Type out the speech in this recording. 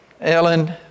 Ellen